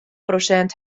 prosint